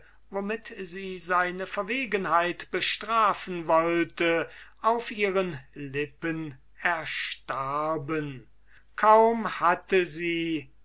womit sie seine verwegenheit bestrafen wollte auf ihren lippen erstarben kaum hatte sie